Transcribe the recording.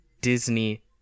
Disney